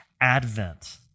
Advent